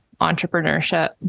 entrepreneurship